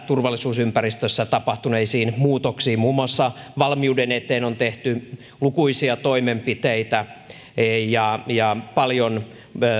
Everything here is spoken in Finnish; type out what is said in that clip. turvallisuusympäristössä tapahtuneisiin muutoksiin muun muassa valmiuden eteen on tehty lukuisia toimenpiteitä ja ja paljon